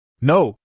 No